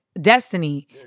destiny